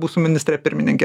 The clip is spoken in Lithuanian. būsiu ministrė pirmininkė